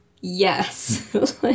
Yes